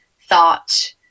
thought